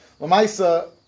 Lamaisa